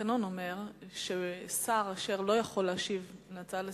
התקנון אומר ששר אשר לא יכול להשיב על הצעה לסדר-היום,